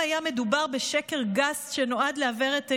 היה מדובר בשקר גס שנועד לעוור את עינינו.